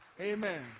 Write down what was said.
amen